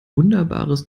wunderbares